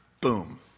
Boom